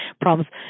problems